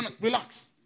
Relax